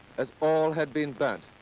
as all had been burnt.